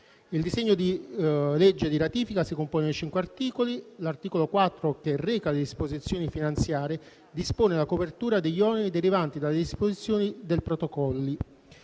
Il disegno di legge di ratifica si compone di cinque articoli. L'articolo 4, che reca le disposizioni finanziarie, dispone la copertura degli oneri derivanti dalle disposizioni dei protocolli.